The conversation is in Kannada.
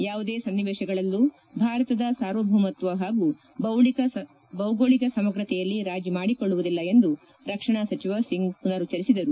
ಯಾವುದೇ ಸನ್ನಿವೇಶಗಳಲ್ಲೂ ಭಾರತದ ಸಾರ್ವಭೌಮತ್ವ ಹಾಗೂ ಭೌಗೋಳಿಕ ಸಮಗ್ರತೆಯಲ್ಲಿ ರಾಜಿ ಮಾಡಿಕೊಳ್ಳುವುದಿಲ್ಲ ಎಂದು ರಕ್ಷಣಾ ಸಚಿವ ಸಿಂಗ್ ಮನರುಚ್ಚರಿಸಿದರು